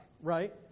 right